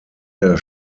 der